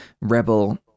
rebel